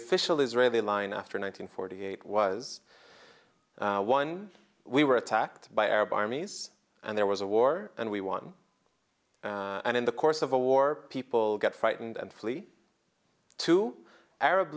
official israeli line after nine hundred forty eight was one we were attacked by arab armies and there was a war and we won and in the course of a war people get frightened and flee to arab